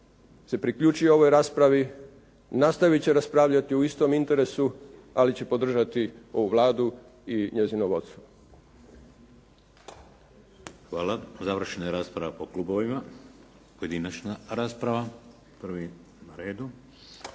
se priključuje ovoj raspravi. Nastavit će raspravljati u istom interesu, ali će podržati ovu Vladu i njezino vodstvo. **Šeks, Vladimir (HDZ)** Hvala. Završena je rasprava po klubovima. Pojedinačna rasprava. Prvi na redu